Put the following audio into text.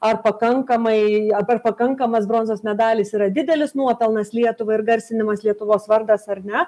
ar pakankamai ar pakankamas bronzos medalis yra didelis nuopelnas lietuvai ir garsinimas lietuvos vardas ar ne